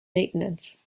maintenance